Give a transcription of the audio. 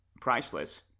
priceless